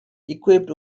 equipped